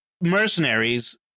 mercenaries